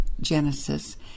Genesis